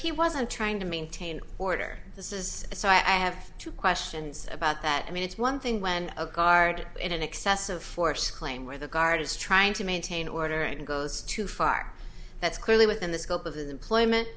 he wasn't trying to maintain order this is so i have two questions about that i mean it's one thing when a current in an excessive force claim where the guard is trying to maintain order and goes to fight our that's clearly within the scope of his employment